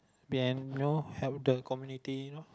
and you know help the community you know